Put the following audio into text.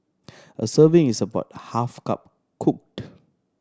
a serving is about half cup cooked